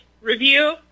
review